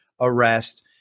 arrest